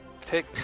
take